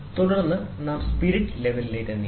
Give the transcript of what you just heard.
തുടർന്ന് നാം സ്പിരിറ്റ് ലെവലിലേക്ക് നീങ്ങുന്നു